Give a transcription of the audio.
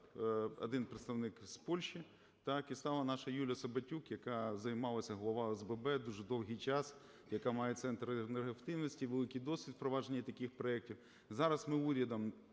один представник з Польщі, так, і стала наша Юлія Саботюк, яка займалася... голова ОСББ дуже довгий час, яка має центр енергоефективності, великий досвід у впровадженні таких проектів.